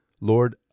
Lord